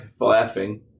laughing